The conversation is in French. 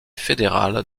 fédérale